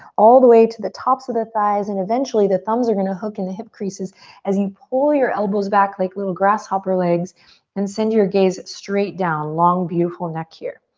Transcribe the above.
all the way to the tops of the thighs and eventually the thumbs are gonna hook in the hip creases as you pull your elbows back like little grasshopper legs and send your gaze straight down. long, beautiful neck here.